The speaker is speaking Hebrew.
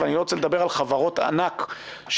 ואני רוצה לדבר על חברות ענק שייפלו